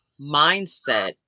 mindset